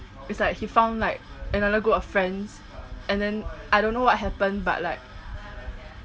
it's like he found like another group of friends and then I don't know what happened but like